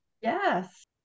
yes